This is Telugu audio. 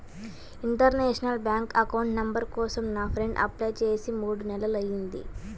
ఇంటర్నేషనల్ బ్యాంక్ అకౌంట్ నంబర్ కోసం నా ఫ్రెండు అప్లై చేసి మూడు నెలలయ్యింది